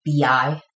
BI